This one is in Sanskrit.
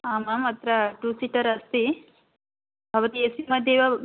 आम् आम् अत्र टू सीटर् अस्ति भवती ए सि मध्येव